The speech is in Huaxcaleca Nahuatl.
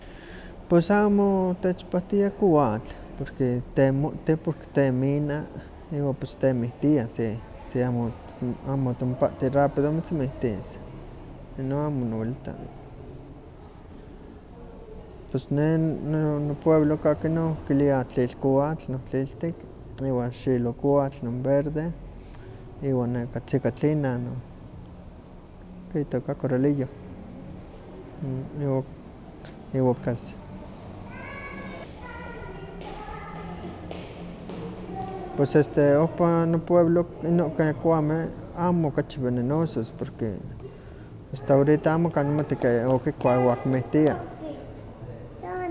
Pues amo, techmahtia kowatl, porque temomokti porque temina, iwa pues temiktia sí, si amo amo otimopahti rapido mitzmiktis, ino amo nihwelita. Pus ne no no pueblo kahki inon kiliah tlilkowatl, inon tliltik, iwan xilokowatl, non verde iwa neka tzikatlina no, itoka koralillo. Iwa casi, pues ohpa este nopueblo katki kowameh amo okachi venenosos porque asta ahorita amo nihmati ke ika okikua iwa kimiktia.